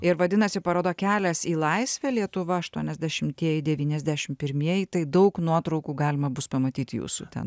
ir vadinasi paroda kelias į laisvę lietuva aštuoniasdešimtieji devyniasdešim piemieji tai daug nuotraukų galima bus pamatyti jūsų ten